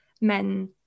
men